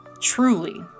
truly